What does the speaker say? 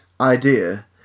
idea